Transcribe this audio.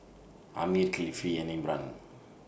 Ammir Kifli and Imran